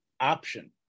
option